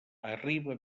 arriba